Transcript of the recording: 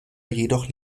jedoch